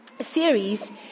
series